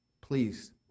Please